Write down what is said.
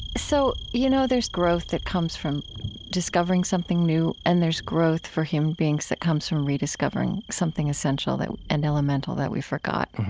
so you know there's growth that comes from discovering something new, and there's growth for human beings that comes from rediscovering something essential and elemental that we forgot.